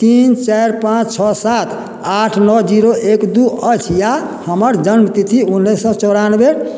तीन चारि पाँच छओ सात आठ नओ जीरो एक दू अछि या हमर जन्म तिथि उन्नैस सए चौरानबे